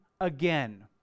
again